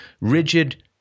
rigid